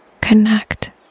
Connect